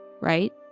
right